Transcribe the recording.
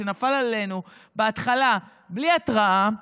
שנפל עלינו בהתחלה בלי התראה,